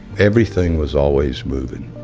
everything was always moving.